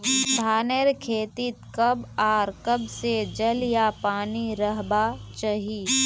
धानेर खेतीत कब आर कब से जल या पानी रहबा चही?